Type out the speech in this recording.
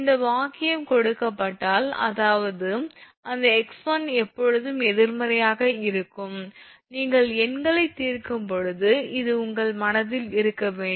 இந்த வாக்கியம் கொடுக்கப்பட்டால் அதாவது அந்த 𝑥1 எப்போதும் எதிர்மறையாக இருக்கும் நீங்கள் எண்களைத் தீர்க்கும்போது இது உங்கள் மனதில் இருக்க வேண்டும்